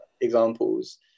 examples